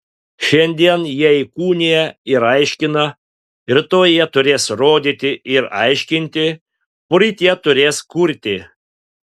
šiandien jie įkūnija ir aiškina rytoj jie turės rodyti ir aiškinti poryt jie turės kurti